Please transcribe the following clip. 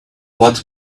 what